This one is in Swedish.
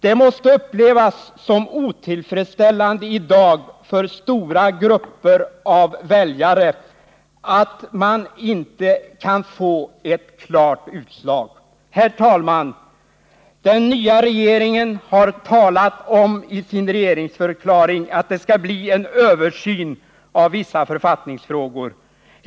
Det måste upplevas som otillfredsställande i dag för stora grupper av väljare att man inte kan få ett klart utslag. Herr talman! Den nya regeringen har talat om i sin regeringsförklaring att det skall bli en översyn av vissa författningsfrågor.